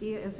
EES.